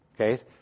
Okay